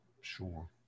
Sure